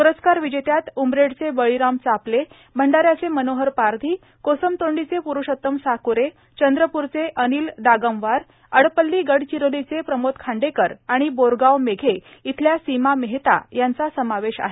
प्रस्कार विजेत्यात उमरेडचे बळीराम चापले भंडाऱ्याचे मनोहर पारधी कोसमतोंडीचे प्रुषोत्तम साक्रे चंद्रप्रचे अनिल दागमवार अडपल्ली गडचिरोलीचे प्रमोद खांडेकर आणि बोरगाव मेघे इथल्या सीमा मेहता यांचा समावेश आहे